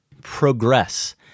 progress